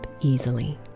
easily